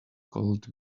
called